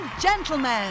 gentlemen